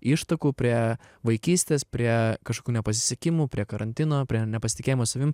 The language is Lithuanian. ištakų prie vaikystės prie kažkokių nepasisekimų prie karantino prie nepasitikėjimo savim